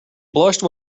blushed